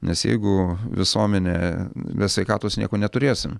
nes jeigu visuomenė be sveikatos nieko neturėsim